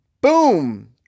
Boom